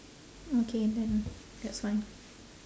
okay then that's fine